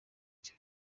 icyo